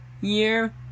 year